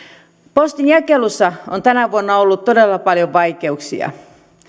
postin jakelussa on tänä vuonna ollut todella paljon vaikeuksia